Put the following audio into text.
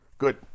Good